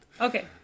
Okay